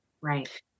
Right